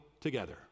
together